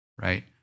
right